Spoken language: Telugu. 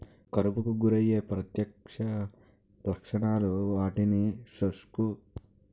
కరువుకు గురయ్యే ప్రత్యక్ష లక్షణాలు, వాటిని శుష్క, పాక్షిక శుష్క ప్రాంతాలు అంటారు